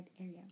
area